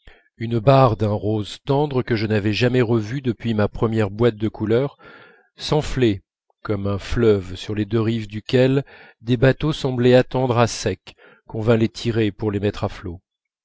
une barre d'un rose tendre que je n'avais jamais revu depuis ma première boîte de couleurs s'enflait comme un fleuve sur les deux rives duquel des bateaux semblaient attendre à sec qu'on vînt les tirer pour les mettre à flot